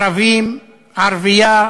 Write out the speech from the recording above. "ערבים", "ערבייה",